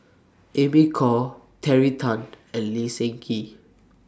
Amy Khor Terry Tan and Lee Seng Gee